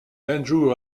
andrew